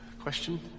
question